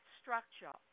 structure